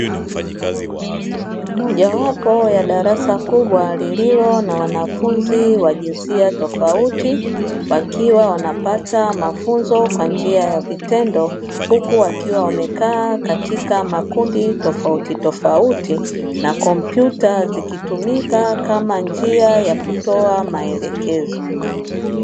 Moja wapo ya darasa kubwa lililona wanafunzi wa jinsia tofauti wakiwa wanapata mafunzo kwa njia ya vitendo, huku wakiwa wamekaa katika makundi tofautitofauti na kompyuta zikitumika kama njia ya kutoa maelekezo.